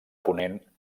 ponent